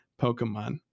Pokemon